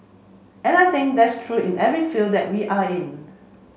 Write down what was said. and I think that's true in every field that we are in